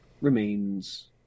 remains